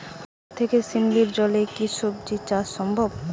পুকুর থেকে শিমলির জলে কি সবজি চাষ সম্ভব?